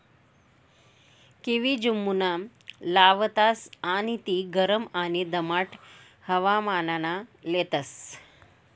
kiwi जम्मुमा लावतास आणि ती गरम आणि दमाट हवामानमा लेतस